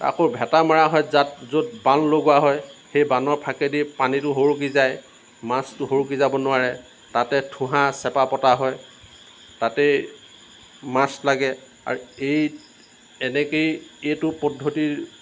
আকৌ ভেটা মৰা হয় যাত য'ত বান লগোৱা হয় সেই বানৰ ফাকেদি পানীতো সৰকি যায় মাছতো সৰকি যাব নোৱাৰে তাতে ঠুহা চেপা পতা হয় তাতেই মাছ লাগে আৰু এই এনেকেই এইটো পদ্ধতিৰ